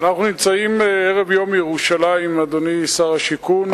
אנחנו נמצאים ערב יום ירושלים, אדוני שר השיכון.